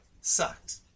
sucked